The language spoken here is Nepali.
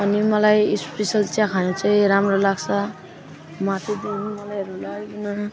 अनि मलाई स्पेसल चिया खानु चाहिँ राम्रो लाग्छ म ती दुध मलाईहरू लगाइकन